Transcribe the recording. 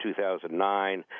2009